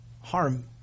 harm